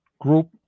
group